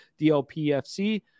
DLPFC